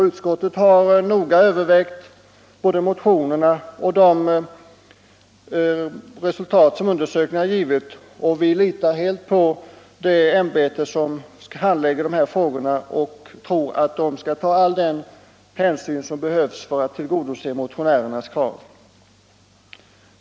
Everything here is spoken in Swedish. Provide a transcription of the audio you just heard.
Utskottet har noga övervägt både motionerna och de resultat som undersökningen har givit. Vi litar helt på det ämbete som handlägger de här frågorna och tror att man skall ta all den hänsyn som är behövlig för att tillgodose motionärernas krav.